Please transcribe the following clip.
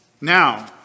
Now